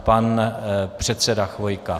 Pan předseda Chvojka.